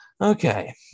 Okay